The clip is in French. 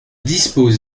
dispose